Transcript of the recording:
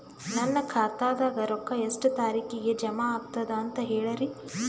ನನ್ನ ಖಾತಾದಾಗ ರೊಕ್ಕ ಎಷ್ಟ ತಾರೀಖಿಗೆ ಜಮಾ ಆಗತದ ದ ಅಂತ ಹೇಳರಿ?